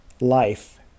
life